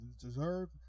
deserve